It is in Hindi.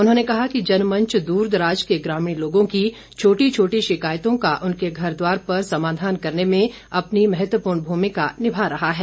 उन्होंने कहा कि जनमंच द्रदराज के ग्रामीण लोगों की छोटी छोटी शिकायतों का उनके घर द्वार पर समाधान करने में अपनी महत्वपूर्ण भूमिका निभा रहा है